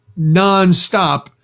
nonstop